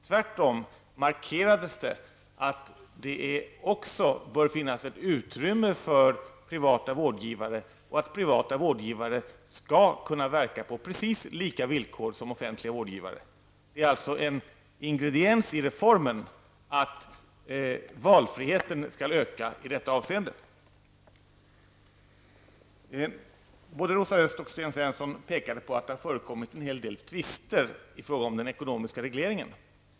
Tvärtom markerades att det också bör finnas ett utrymme för privata vårdgivare och att privata vårdgivare skall kunna verka på precis lika villkor som offentliga vårdgivare. Det är alltså en ingrediens i reformen att valfriheten skall öka i detta avseende. Båda Rosa Östh och Sten Svensson påpekade att det förekommit en hel del tvister i fråga om den ekonomiska regleringen.